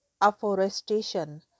afforestation